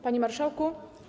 Panie Marszałku!